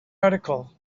article